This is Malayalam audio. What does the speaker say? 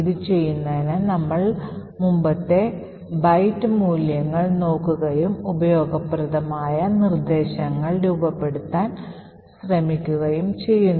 ഇത് ചെയ്യുന്നതിന് നമ്മൾ മുമ്പത്തെ ബൈറ്റ് മൂല്യങ്ങൾ നോക്കുകയും ഉപയോഗപ്രദമായ നിർദ്ദേശങ്ങൾ രൂപപ്പെടുത്താൻ ശ്രമിക്കുകയും ചെയ്യുന്നു